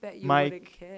Mike